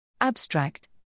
Abstract